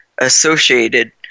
associated